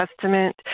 Testament